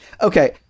Okay